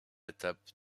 étape